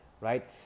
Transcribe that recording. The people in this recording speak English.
right